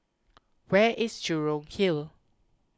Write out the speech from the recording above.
where is Jurong Hill